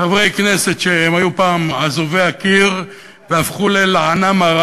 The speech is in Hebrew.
חברי כנסת שהיו פעם אזובי הקיר והפכו ללענה מרה